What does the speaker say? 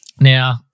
Now